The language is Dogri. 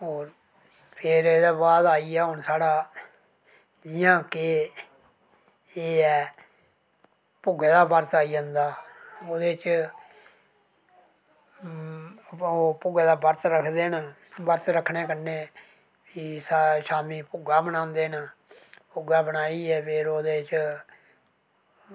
होर फिर एह्दे बाद आई गेआ साढ़ा जि'यां कि एह् ऐ भुग्गे दा बरत आई जंदा ते ओह्दे च भुग्गे दा बरत रखदे न बरत रक्खने कन्नै भी साढ़े शामीं भुग्गा बनांदे न भुग्गा बनाइयै फिर ओह्दे च